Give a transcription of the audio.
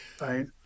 right